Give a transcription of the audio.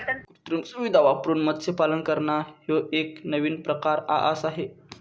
कृत्रिम सुविधां वापरून मत्स्यपालन करना ह्यो एक नवीन प्रकार आआसा हे